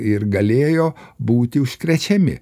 ir galėjo būti užkrečiami